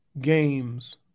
games